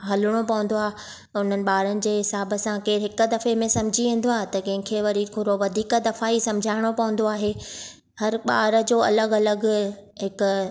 हलिणो पवंदो आहे उन्हनि ॿारनि जे हिसाब सां केरु हिकु दफ़े में सम्झी वेंदो आहे त कंहिंखे वरी थोरो वधीक दफ़ा ई समझाइणो पवंदो आहे हर ॿार जो अलॻि अलॻि हिकु